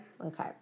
Okay